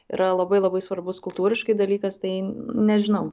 yra labai labai svarbus kultūriškai dalykas tai nežinau